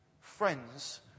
friends